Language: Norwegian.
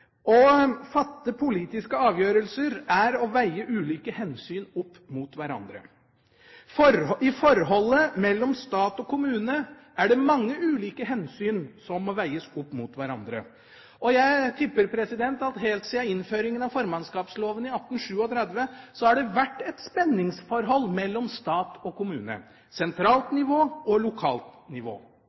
Å fatte politiske avgjørelser er å veie ulike hensyn opp mot hverandre. I forholdet mellom stat og kommune er det mange ulike hensyn som må veies opp mot hverandre. Jeg tipper at helt siden innføringen av formannskapslovene i 1837 har det vært et spenningsforhold mellom stat og kommune – mellom sentralt nivå og lokalt nivå.